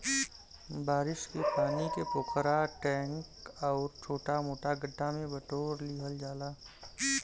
बारिश के पानी के पोखरा, टैंक आउर छोटा मोटा गढ्ढा में बटोर लिहल जाला